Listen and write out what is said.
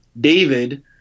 david